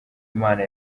imana